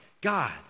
God